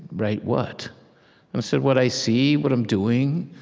write what? and i said, what i see, what i'm doing,